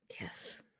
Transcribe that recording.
Yes